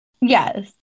Yes